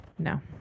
no